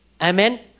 Amen